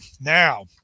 Now